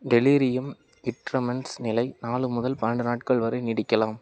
delirium tremens நிலை நாலு முதல் பன்னெண்டு நாட்கள் வரை நீடிக்கலாம்